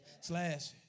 slash